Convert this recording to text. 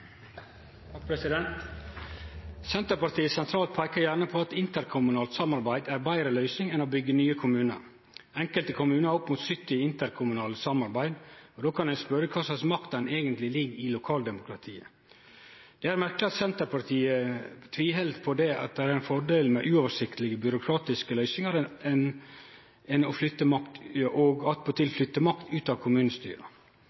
Senterpartiet sentralt peiker gjerne på at interkommunalt samarbeid er ei betre løysing enn å byggje nye kommunar. Enkelte kommunar har opp mot 70 interkommunale samarbeid, og då kan ein spørje kva slags makt som eigentleg ligg i lokaldemokratiet. Eg har merkt meg at Senterpartiet tviheld på at det er ein fordel med uoversiktlege byråkratiske løysingar og vil attpåtil flytte makt